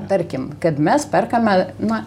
tarkim kad mes perkame na